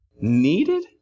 Needed